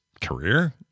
career